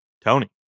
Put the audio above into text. Tony